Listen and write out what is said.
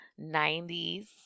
90s